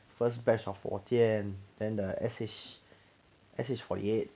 first batch of 火箭 and then the S_N_H S_N_H forty eight